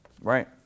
Right